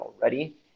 already